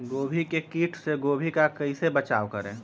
गोभी के किट से गोभी का कैसे बचाव करें?